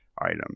item